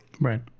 right